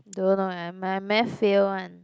don't know leh my math fail one